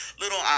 little